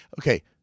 okay